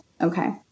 okay